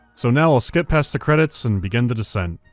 so now i'll skip past the credits and begin the descent.